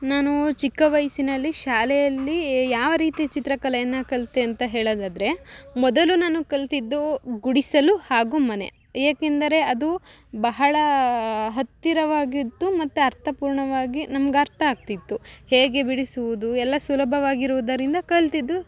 ನಾನು ಚಿಕ್ಕ ವಯಸ್ಸಿನಲ್ಲಿ ಶಾಲೆಯಲ್ಲಿ ಯಾವ ರೀತಿ ಚಿತ್ರಕಲೆಯನ್ನು ಕಲಿತೆಯಂತ ಹೇಳೊದಾದ್ರೆ ಮೊದಲು ನಾನು ಕಲಿತಿದ್ದು ಗುಡಿಸಲು ಹಾಗು ಮನೆ ಏಕೆಂದರೆ ಅದು ಬಹಳ ಹತ್ತಿರವಾಗಿದ್ದು ಮತ್ತು ಅರ್ಥಪೂರ್ಣವಾಗಿ ನಮ್ಗೆ ಅರ್ಥ ಆಗ್ತಿತ್ತು ಹೇಗೆ ಬಿಡಿಸುವುದು ಎಲ್ಲ ಸುಲಭವಾಗಿರುವುದರಿಂದ ಕಲಿತಿದ್ದು